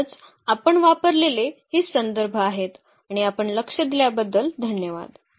म्हणूनच आपण वापरलेले हे संदर्भ आहेत आणि आपण लक्ष दिल्याबद्दल धन्यवाद